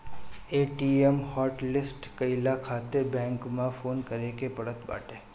ATM hotlist कईला खातिर bank में फोन करे के पड़त बाटे